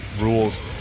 rules